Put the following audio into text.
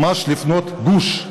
ממש לבנות גוש,